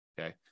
Okay